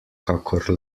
kakor